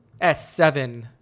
S7